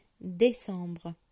décembre